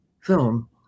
film